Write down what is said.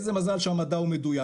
איזה מזל שהמדע הוא מדויק,